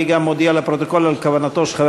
אני גם מודיע לפרוטוקול על כוונתו של חבר